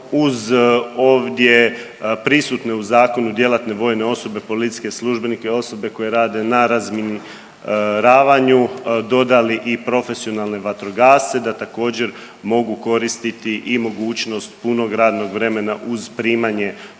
uz ovdje prisutne u zakonu djelatne vojne osobe, policijske službenike, osobe koje rade na razminiravaju dodali i profesionalne vatrogasce da također mogu koristiti i mogućnost punog radnog vremena uz primanje